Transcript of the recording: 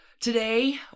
today